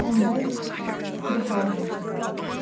Mumbai Bihar